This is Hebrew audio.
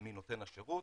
מנותן השירות.